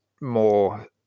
more